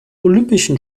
olympischen